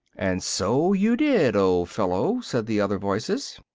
and so you did, old fellow! said the other voices.